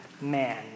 man